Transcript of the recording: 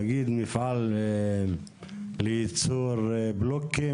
נגיד מפעל לייצור בלוקים,